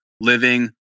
living